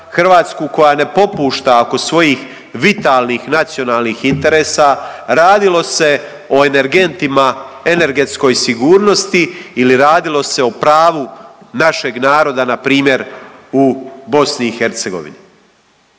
Hrvatsku koja ne popušta oko svojih vitalnih nacionalnih interesa radilo se o energentima, energetskoj sigurnosti ili radilo se o pravu našeg naroda npr. u BiH.